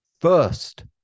first